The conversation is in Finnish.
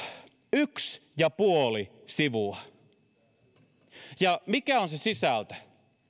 yksi ja puoli sivua mikä on se sisältö